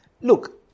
look